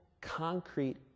concrete